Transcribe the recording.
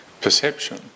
perception